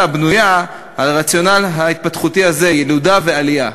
בנויה על הרציונל ההתפתחותי הזה: ילודה ועלייה.